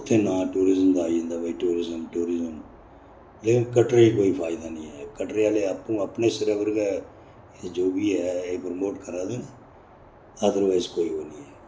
इत्थैं नांऽ टूरिजम दा आई जंदा भई टूरिजम टूरिजम लेकिन कटरे गी कोई फायदा नेईं ऐ कटरे आह्ले आपूं अपने सिरै पर गै जो बी ऐ एह् प्रमोट करा दे न अदर वाइज कोई ओह् नेईं ऐ